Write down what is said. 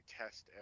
test